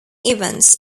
events